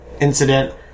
incident